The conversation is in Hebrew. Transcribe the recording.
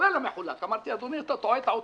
כולל המחולק.